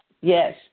Yes